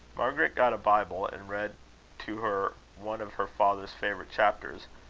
margaret got a bible, and read to her one of her father's favourite chapters,